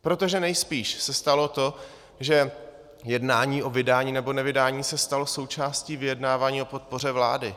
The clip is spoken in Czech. Protože nejspíš se stalo to, že jednání o vydání nebo nevydání se stalo součástí vyjednávání o podpoře vlády.